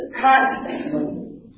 Constantly